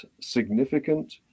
significant